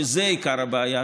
שזו עיקר הבעיה,